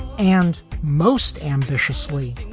and most ambitiously,